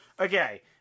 Okay